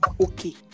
Okay